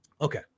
Okay